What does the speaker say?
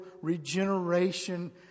regeneration